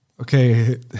okay